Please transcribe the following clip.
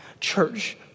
church